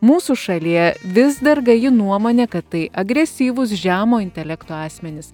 mūsų šalyje vis dar gaji nuomonė kad tai agresyvūs žemo intelekto asmenys